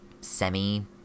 semi